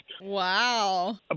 Wow